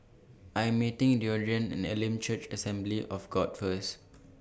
I Am meeting Deondre At Elim Church Assembly of God First